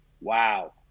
wow